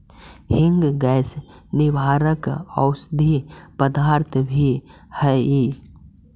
हींग गैस निवारक औषधि पदार्थ भी हई